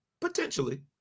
potentially